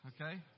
okay